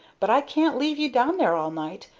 but i can't leave you down there all night,